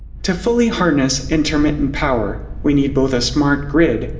to fully harness intermittent power, we need both a smart grid,